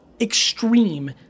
extreme